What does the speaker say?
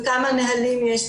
וכמה נהלים יש,